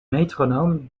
metronoom